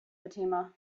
fatima